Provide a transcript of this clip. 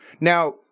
Now